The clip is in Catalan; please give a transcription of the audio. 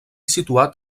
situat